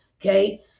okay